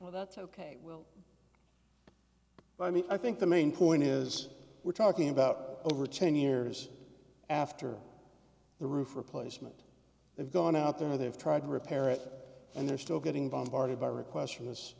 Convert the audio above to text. well that's ok well i mean i think the main point is we're talking about over ten years after the roof replacement they've gone out there they've tried to repair it and they're still getting bombarded by requests from this